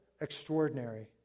extraordinary